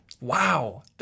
Wow